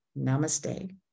Namaste